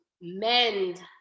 mend